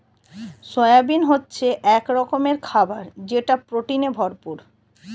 soybean হচ্ছে এক রকমের খাবার যেটা প্রোটিনে ভরপুর